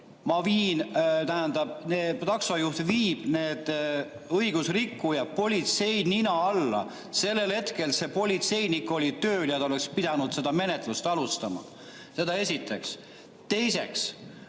andeks, hea Lauri! Taksojuht viib need õigusrikkujad politsei nina alla. Sellel hetkel see politseinik oli tööl ja ta oleks pidanud seda menetlust alustama. Seda esiteks. Teiseks,